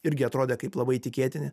irgi atrodė kaip labai tikėtini